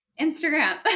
Instagram